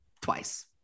Twice